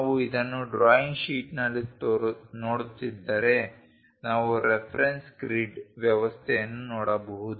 ನಾವು ಇದನ್ನು ಡ್ರಾಯಿಂಗ್ ಶೀಟ್ನಲ್ಲಿ ನೋಡುತ್ತಿದ್ದರೆ ನಾವು ರೆಫರೆನ್ಸ್ ಗ್ರಿಡ್ ವ್ಯವಸ್ಥೆಯನ್ನು ನೋಡಬಹುದು